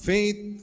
Faith